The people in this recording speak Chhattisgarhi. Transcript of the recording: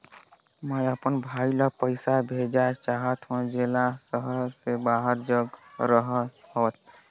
मैं अपन भाई ल पइसा भेजा चाहत हों, जेला शहर से बाहर जग रहत हवे